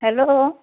hello